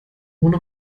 ohne